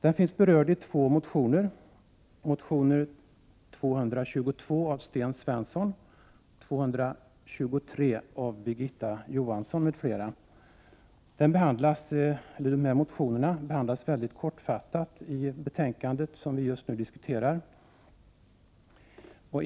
Den berörs i två motioner, nämligen motion 222 av Sten Svensson och 223 av Birgitta Johansson m.fl. Motionerna behandlas mycket kortfattat i det betänkande vi nu diskuterar.